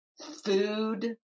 Food